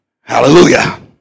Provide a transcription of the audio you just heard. Hallelujah